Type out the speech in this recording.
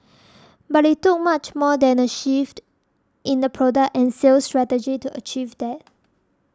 but it took much more than a shift in product and sales strategy to achieve that